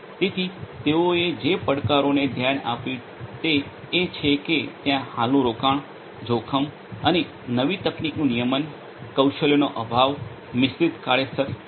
તેથી તેઓએ જે પડકારોને ધ્યાન આપ્યું તે એ છે કે ત્યાં હાલનું રોકાણ જોખમ અને નવી તકનીકનું નિયમન કૌશલ્યનો અભાવ મિશ્રિત કાર્યસ્થળ વગેરે